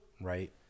right